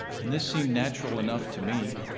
and this seemed natural enough to me.